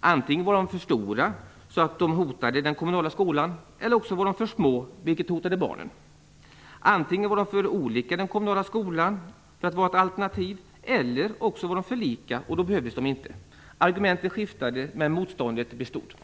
Antingen var de för stora, så att de hotade den kommunala skolan, eller också var de för små, vilket hotade barnen. Antingen var de för olika den kommunala skolan för att vara ett alternativ eller också var de för lika och behövdes inte. Argumenten skiftade, men motståndet bestod.